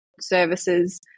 services